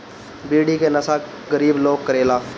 बीड़ी के नशा गरीब लोग करेला